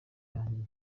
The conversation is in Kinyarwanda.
yanjye